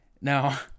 Now